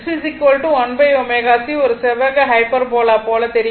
XC 1 ω C ஒரு செவ்வக hyperbola போல் தெரிகிறது